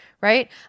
right